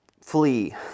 flee